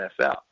NFL